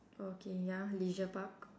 okay ya leisure park